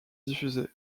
diffuser